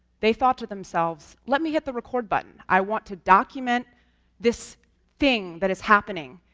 they thought to themselves, let me hit the record button i want to document this thing that is happening,